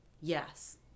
yes